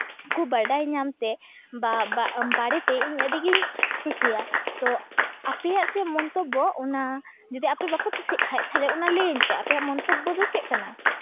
ᱠᱚ ᱵᱟᱰᱟᱭ ᱧᱟᱢ ᱛᱮ ᱵᱟ ᱵᱟᱨᱮᱛᱮ ᱤᱧ ᱟᱹᱰᱤᱜᱤᱧ ᱠᱷᱩᱥᱤᱜᱼᱟ ᱛᱚ ᱟᱯᱮᱭᱟᱜ ᱪᱮᱫ ᱢᱚᱱᱛᱚᱵᱵᱚ ᱚᱱᱟ ᱡᱚᱫᱤ ᱟᱯᱮ ᱵᱟᱯᱮ ᱠᱩᱥᱤᱭᱟᱜ ᱠᱷᱟᱡ ᱛᱟᱦᱚᱞᱮ ᱚᱱᱟ ᱞᱟᱹᱭᱟᱹᱧ ᱯᱮ ᱟᱯᱮᱭᱟᱜ ᱢᱚᱱᱛᱚᱵᱵᱚ ᱫᱚ ᱪᱮᱫ ᱠᱟᱱᱟ